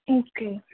okay